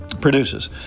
produces